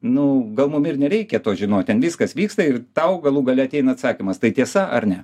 nu gal mum ir nereikia to žinot ten viskas vyksta ir tau galų gale ateina atsakymas tai tiesa ar ne